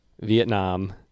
Vietnam